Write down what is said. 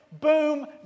Boom